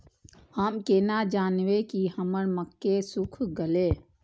हम केना जानबे की हमर मक्के सुख गले?